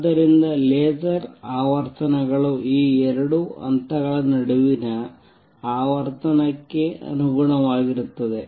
ಆದ್ದರಿಂದ ಲೇಸರ್ ಆವರ್ತನಗಳು ಈ ಎರಡು ಹಂತಗಳ ನಡುವಿನ ಆವರ್ತನಕ್ಕೆ ಅನುಗುಣವಾಗಿರುತ್ತವೆ